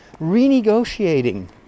renegotiating